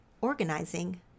organizing